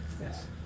Yes